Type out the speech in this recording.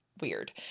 weird